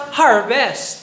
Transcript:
harvest